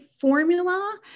formula